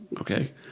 Okay